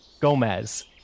gomez